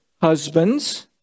husband's